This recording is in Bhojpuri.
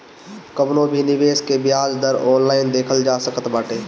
कवनो भी निवेश के बियाज दर ऑनलाइन देखल जा सकत बाटे